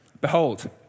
behold